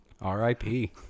r-i-p